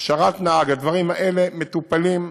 הכשרת נהג, הדברים האלה מטופלים,